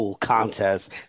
Contest